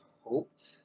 hoped